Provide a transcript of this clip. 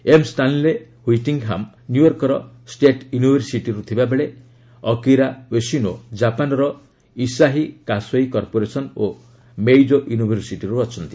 M Stanley Whittingham ନ୍ୟୁୟର୍କର state ୟୁନିଭରସିଟିରୁ ଥିବାବେଳେ ଅକିରା ଓ୍ୱେଶିନୋ ଜାପାନର ଆସାହୀ କାସେଇ କର୍ପୋରେସନ ଓ ମେଇଜୋ ୟୁନିଭରସିଟିରୁ ଅଛନ୍ତି